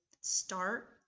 start